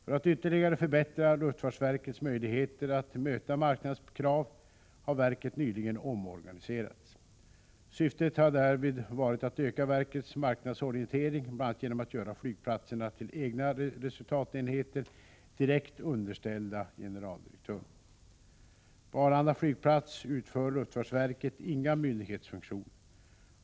För att ytterligare förbättra luftfartsverkets möjligheter att möta marknadens krav har verket nyligen omorganiserats. Syftet har därvid varit att öka verkets marknadsorientering bl.a. genom att göra flygplatserna till egna resultatenheter direkt underställda generaldirektören. På Arlanda flygplats utför luftfartsverket inga myndighetsfunktioner.